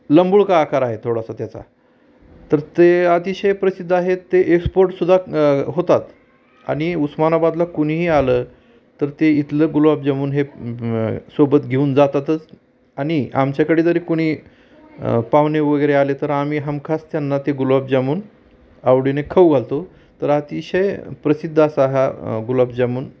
लंबगोल का आकार आहे थोडासा त्याचा तर ते अतिशय प्रसिद्ध आहेत ते एक्सपोर्टसुद्धा होतात आणि उस्मानाबादला कुणीही आलं तर ते इथलं गुलाबजामून हे सोबत घेऊन जातातच आणि आमच्याकडे जरी कुणी पाहुणेवगैरे आले तर आम्ही हमखास त्यांना ते गुलाबजामून आवडीने खाऊ घालतो तर अतिशय प्रसिद्ध असा हा गुलाबजामून